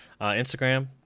Instagram